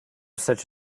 such